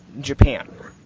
Japan